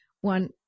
one